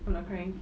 full of crank